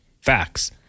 Facts